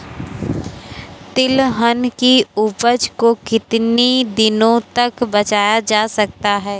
तिलहन की उपज को कितनी दिनों तक बचाया जा सकता है?